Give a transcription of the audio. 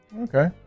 Okay